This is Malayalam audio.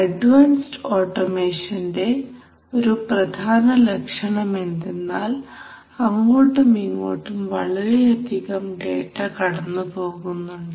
അഡ്വാൻസ്ഡ് ഓട്ടോമേഷന്റെ ഒരു പ്രധാനലക്ഷണം എന്തെന്നാൽ അങ്ങോട്ടുമിങ്ങോട്ടും വളരെയധികം ഡേറ്റ കടന്നുപോകുന്നുണ്ട്